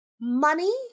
money